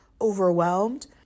overwhelmed